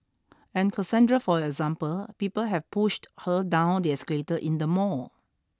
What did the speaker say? and Cassandra for example people have pushed her down the escalator in the mall